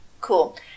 Cool